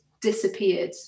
disappeared